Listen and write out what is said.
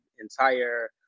entire